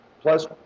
Plus